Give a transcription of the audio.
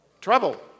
trouble